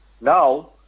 now